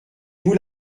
vous